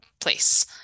place